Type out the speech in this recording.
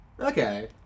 Okay